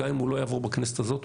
גם אם הוא לא יעבור בכנסת הזאת,